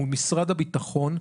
מול משרד הביטחון,